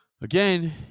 Again